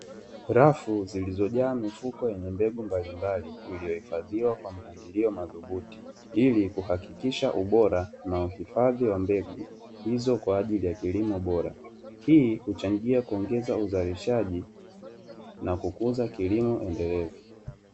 Rafu zilizojaa mifuko yenye mbegu mbalimbali, iliyohifadhiwa kwa mpangilio madhubuti, ili kuhakikisha ubora na uhifadhi wa mbegu hizo, kwa ajili ya kilimo bora. Hii huchangia kuongeza uzalishaji na kukuza kilimo endelevu.